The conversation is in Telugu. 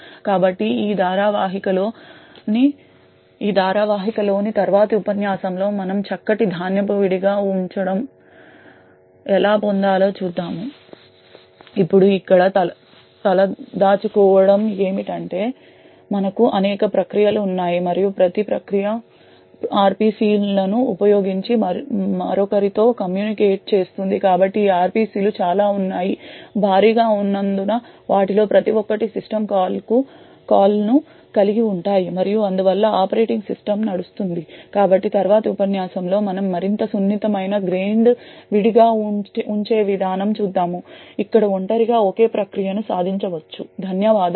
కాబట్టి ఈ ధారావాహికలోని తరువాతి ఉపన్యాసంలో మనం చక్కటి ధాన్యపు విడిగా ఉంచడం ఎలా పొందాలో చూద్దాం ఇప్పుడు ఇక్కడ తలదాచుకోవడం ఏమిటంటే మనకు అనేక ప్రక్రియలు ఉన్నాయి మరియు ప్రతి ప్రక్రియ RPC లను ఉపయోగించి మరొకరితో కమ్యూనికేట్ చేస్తుంది కాబట్టి ఈ RPC లు చాలా ఉన్నాయి భారీగా ఉన్నందున వాటిలో ప్రతి ఒక్కటి సిస్టమ్ కాల్ను కలిగి ఉంటాయి మరియు అందువల్ల ఆపరేటింగ్ సిస్టమ్ నడుస్తుంది కాబట్టి తరువాతి ఉపన్యాసంలో మనం మరింత సున్నితమైన గ్రెయిన్డ్ విడిగా ఉంచే విధానం చూద్దాము ఇక్కడ ఒంటరిగా ఒకే ప్రక్రియను సాధించవచ్చు ధన్యవాదాలు